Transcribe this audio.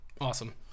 Awesome